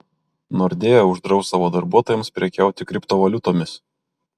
nordea uždraus savo darbuotojams prekiauti kriptovaliutomis